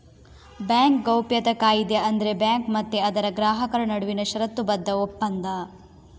bank ಗೌಪ್ಯತಾ ಕಾಯಿದೆ ಅಂದ್ರೆ ಬ್ಯಾಂಕು ಮತ್ತೆ ಅದರ ಗ್ರಾಹಕರ ನಡುವಿನ ಷರತ್ತುಬದ್ಧ ಒಪ್ಪಂದ